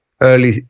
early